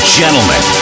gentlemen